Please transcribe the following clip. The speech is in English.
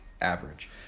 average